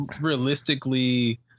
realistically